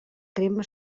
crema